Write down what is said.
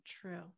true